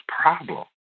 problem